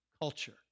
culture